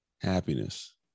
happiness